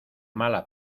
mala